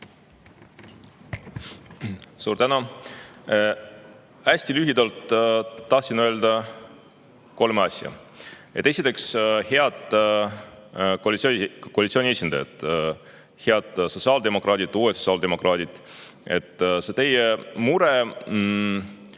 Suur tänu! Hästi lühidalt tahan öelda kolme asja. Esiteks, head koalitsiooni esindajad, head sotsiaaldemokraadid, uued sotsiaaldemokraadid, teie mure